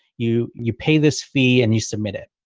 you you pay this fee, and you submit it.